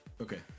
Okay